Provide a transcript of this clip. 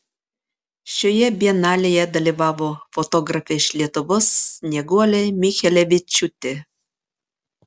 šioje bienalėje dalyvavo fotografė iš lietuvos snieguolė michelevičiūtė